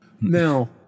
Now